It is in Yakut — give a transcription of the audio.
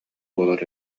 буолар